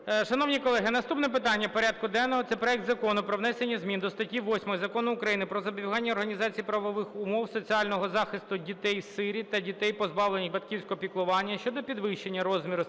Шановні колеги, наступне питання порядку денного – це проект Закону про внесення змін до статті 8 Закону України "Про забезпечення організаційно-правових умов соціального захисту дітей-сиріт та дітей, позбавлених батьківського піклування" щодо підвищення розміру стипендії